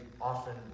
often